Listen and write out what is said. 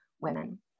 women